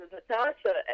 Natasha